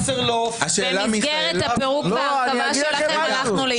במסגרת הפירוק וההרכבה שלכם הלכנו לאיבוד.